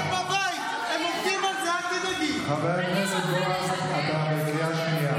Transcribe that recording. מוצע להחריג את הכלל הקובע שלא יוטל מאסר,